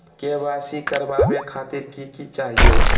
KYC करवावे खातीर कि कि चाहियो?